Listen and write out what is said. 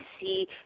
see